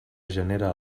genere